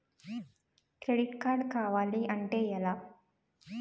Credit card కావాలి అంటే ఎలా?